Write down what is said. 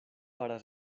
para